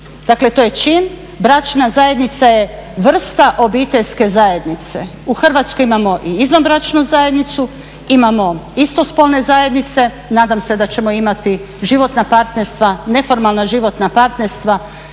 dakle to je čin, bračna zajednica je vrsta obiteljske zajednice. U Hrvatskoj imamo i izvanbračnu zajednicu, imamo istospolne zajednice, nadam se da ćemo imati životna partnerstva, neformalna životna partnerstva,